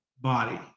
body